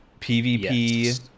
PvP